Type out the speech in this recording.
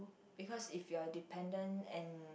because if you are dependent and